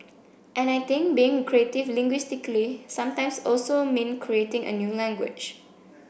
and I think being creative linguistically sometimes also mean creating a new language